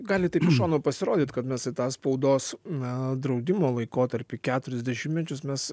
gali taip iš šono pasirodyt kad mes į tą spaudos na draudimo laikotarpį keturis dešimtmečius mes